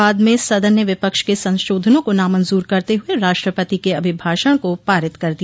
बाद में सदन ने विपक्ष के संशोधनों को नामंजूर करते हुए राष्ट्रपति के अभिभाषण को पारित कर दिया